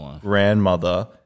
grandmother